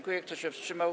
Kto się wstrzymał?